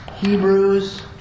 Hebrews